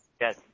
Yes